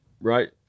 Right